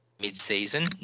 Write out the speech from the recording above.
mid-season